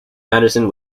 madison